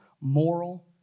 moral